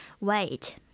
wait